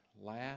last